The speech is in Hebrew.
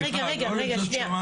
סליחה, לא זאת שאלתי.